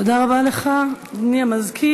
תודה רבה לך, אדוני המזכיר.